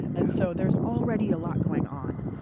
and so there's already a lot going on.